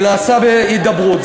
זה נעשה בהידברות,